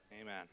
Amen